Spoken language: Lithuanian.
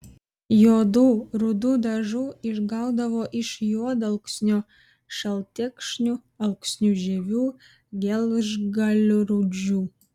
juodų rudų dažų išgaudavo iš juodalksnio šaltekšnių alksnių žievių gelžgalių rūdžių